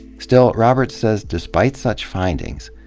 still, roberts says, despite such findings,